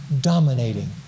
dominating